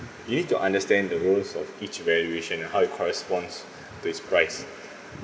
you need to understand the roles of each valuation and how it corresponds to its price